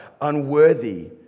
unworthy